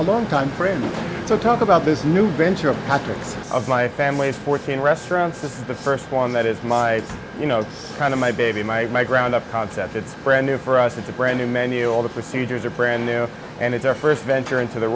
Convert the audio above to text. a long time friend to talk about this new venture of the tricks of my family's fourteen restaurants this is the first one that is my you know it's kind of my baby my my ground up concept it's brand new for us it's a brand new menu all the procedures are brand new and it's our first venture into the